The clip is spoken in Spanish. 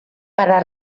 para